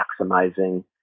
maximizing